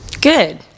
good